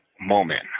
moment